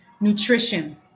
Nutrition